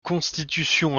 constitution